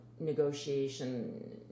negotiation